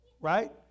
right